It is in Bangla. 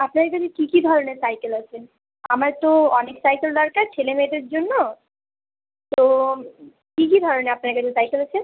আপনার কাছে কী কী ধরনের সাইকেল আছে আমার তো অনেক সাইকেল দরকার ছেলেমেয়েদের জন্য তো কী কী ধরনের আপনার কাছে সাইকেল আছে